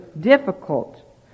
difficult